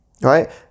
Right